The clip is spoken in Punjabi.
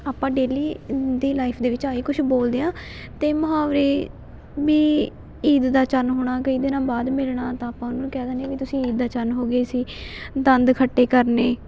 ਆਪਾਂ ਡੇਲੀ ਦੀ ਲਾਈਫ ਦੇ ਵਿੱਚ ਆਹੀ ਕੁਛ ਬੋਲਦੇ ਹਾਂ ਅਤੇ ਮੁਹਾਵਰੇ ਵੀ ਈਦ ਦਾ ਚੰਨ ਹੋਣਾ ਕਈ ਦਿਨਾਂ ਬਾਅਦ ਮਿਲਣਾ ਤਾਂ ਆਪਾਂ ਉਹਨੂੰ ਕਹਿ ਦਿੰਦੇ ਹਾਂ ਵੀ ਤੁਸੀਂ ਈਦ ਦਾ ਚੰਨ ਹੋ ਗਏ ਸੀ ਦੰਦ ਖੱਟੇ ਕਰਨੇ